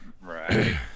Right